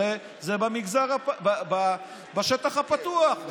הרי זה בשטח הפתוח,